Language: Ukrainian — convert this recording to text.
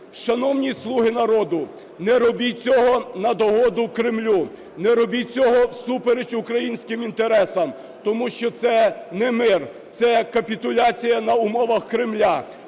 Шановні "слуги народу", не робіть цього на догоду Кремлю. Не робіть цього всупереч українським інтересам. Тому що це не мир, це капітуляція на умовах Кремля.